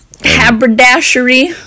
Haberdashery